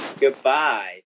goodbye